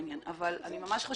מי שהוא מינה.